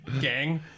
Gang